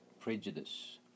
prejudice